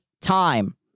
time